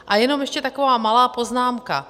A jenom ještě taková malá poznámka.